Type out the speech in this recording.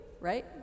right